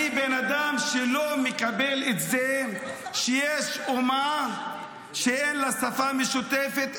אני בן אדם שלא מקבל את זה שיש אומה שאין לה שפה משותפת,